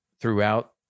throughout